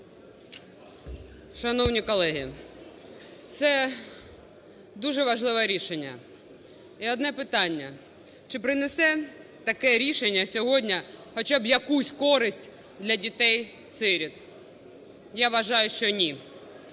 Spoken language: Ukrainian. Шановні колеги, це дуже важливе рішення. І одне питання: чи принесе таке рішення сьогодні хоча б якусь користь для дітей-сиріт? Я вважаю, що ні.